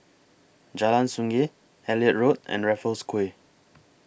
Jalan Sungei Elliot Road and Raffles Quay